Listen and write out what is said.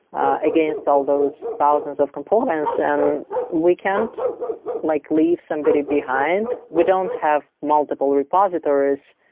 against all those thousands of components. and we can't like leave somebody behind. we don't have multiple repositories,